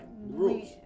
rules